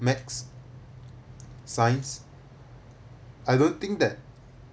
maths science I don't think that